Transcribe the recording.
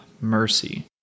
mercy